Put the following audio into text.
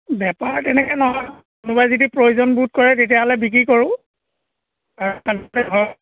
বেপাৰ তেনেকৈ নহয় কোনোবাই যদি প্ৰয়োজনবোধ কৰে তেতিয়াহ'লে বিক্ৰী কৰোঁ